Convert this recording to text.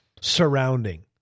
surrounding